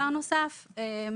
אין